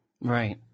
Right